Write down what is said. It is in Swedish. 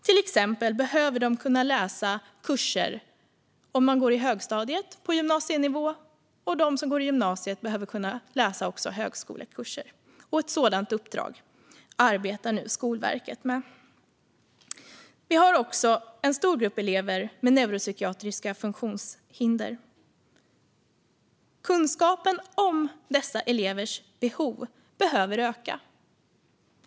Till exempel behöver de kunna läsa kurser på gymnasienivå om de går i högstadiet, och de som går i gymnasiet behöver kunna läsa högskolekurser. Ett sådant uppdrag arbetar Skolverket med nu. Vi har också en stor grupp elever med neuropsykiatriska funktionshinder. Kunskapen om dessa elevers behov behöver öka.